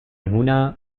هنا